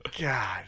God